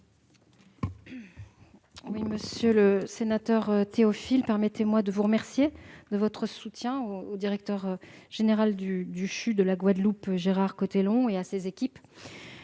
Monsieur le sénateur Théophile, permettez-moi de vous remercier pour le soutien que vous apportez au directeur général du CHU de Guadeloupe, Gérard Cotellon, et à ses équipes.